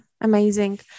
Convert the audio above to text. amazing